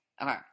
Okay